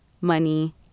money